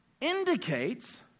indicates